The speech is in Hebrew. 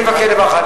אני מבקש דבר אחד,